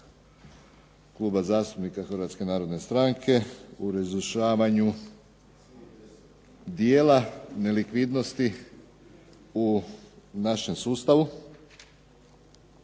Kluba zastupnika HNS-a u razrješavanju dijela nelikvidnosti u našem sustavu